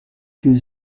que